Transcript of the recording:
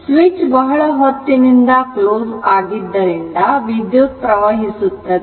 switch ಬಹಳ ಹೊತ್ತಿನಿಂದ close ಆಗಿದ್ದರಿಂದ ವಿದ್ಯುತ್ ಪ್ರವಹಿಸುತ್ತದೆ